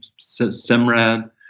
Simrad